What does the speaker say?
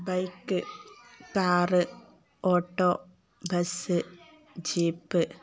bike car auto bus jeep